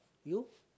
you